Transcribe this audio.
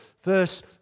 verse